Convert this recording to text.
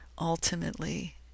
ultimately